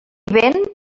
ven